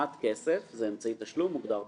משיכת כסף זה אמצעי תשלום מוגדר בחוק.